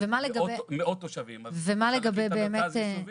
מאות תושבים -- ומה לגבי באמת -- עכשיו,